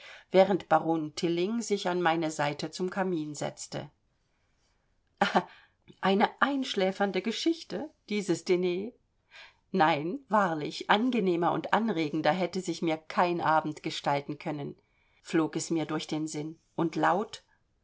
während baron tilling sich an meine seite zum kamin setzte eine einschläfernde geschichte dieses diner nein wahrlich angenehmer und anregender hätte sich mir kein abend gestalten können flog es mir durch den sinn und laut